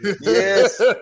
yes